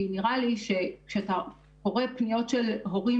כי נראה לי שכשאתה קורא פניות של הורים